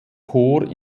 chor